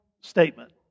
statement